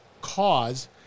cause